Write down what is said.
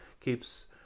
keeps